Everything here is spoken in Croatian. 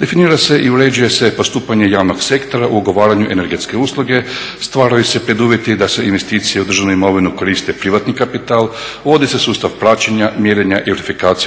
Definira se i uređuje se postupanje javnog sektora o ugovaranju energetske usluge, stvaraju se preduvjeti da se investicije u državnoj imovini koristi privatni kapital, uvodi se sustav plaćanja, mjerenja …